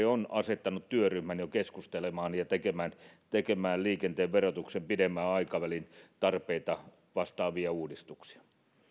on asettanut työryhmän jo keskustelemaan ja tekemään tekemään liikenteen verotuksen pidemmän aikavälin tarpeita vastaavia uudistuksia